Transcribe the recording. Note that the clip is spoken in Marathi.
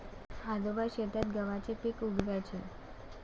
आजोबा शेतात गव्हाचे पीक उगवयाचे